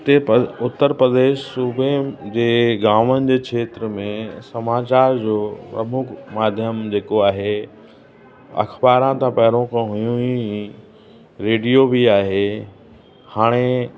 उते पर उतर प्रदेश सूबे जे गामनि जे खेत्र में समाचार जो अमुक माध्यम जेको आहे अख़बारां त पहिरियों खां हुयूं ई रेडियो बि आहे हाणे